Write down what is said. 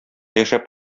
яшәп